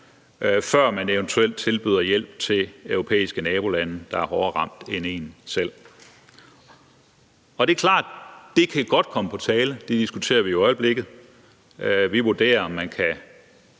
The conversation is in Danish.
før man eventuelt tilbyder hjælp til europæiske nabolande, der er hårdere ramt end en selv. Det er klart, at det godt kan komme på tale, og det diskuterer vi lige i øjeblikket. Vi vurderer, om man kan